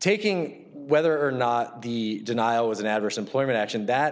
taking whether or not the denial was an adverse employment action that